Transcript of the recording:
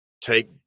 take